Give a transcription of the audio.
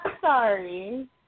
sorry